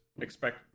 expect